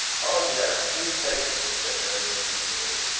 oh! yes please take me, said harry, beseechingly.